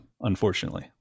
unfortunately